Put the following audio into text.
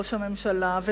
ראש הממשלה,